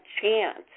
chance